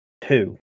two